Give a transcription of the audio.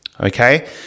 okay